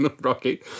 Rocky